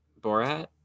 Borat